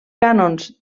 cànons